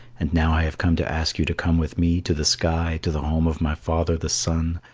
and now i have come to ask you to come with me to the sky to the home of my father, the sun,